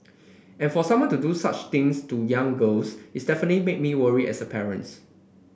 and for someone to do such things to young girls it's definitely made me worry as a parents